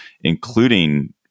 including